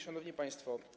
Szanowni Państwo!